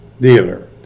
dealer